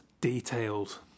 detailed